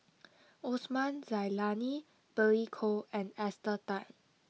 Osman Zailani Billy Koh and Esther Tan